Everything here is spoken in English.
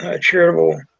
charitable